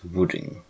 Wooding